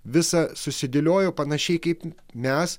visą susidėliojo panašiai kaip mes